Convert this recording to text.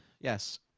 Yes